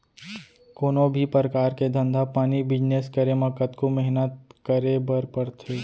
कोनों भी परकार के धंधा पानी बिजनेस करे म कतको मेहनत करे बर परथे